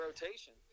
Rotation